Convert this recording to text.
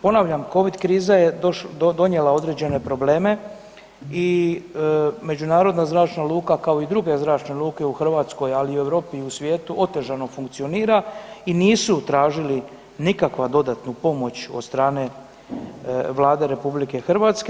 Ponavljam Covid kriza je donijela određene probleme i međunarodna zračna luka kao i druge zračne luke u Hrvatskoj ali i u Europi i u svijetu otežano funkcionira i nisu tražili nikakvu dodatnu pomoć od strane Vlade RH.